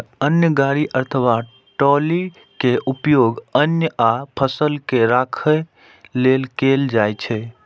अन्न गाड़ी अथवा ट्रॉली के उपयोग अन्न आ फसल के राखै लेल कैल जाइ छै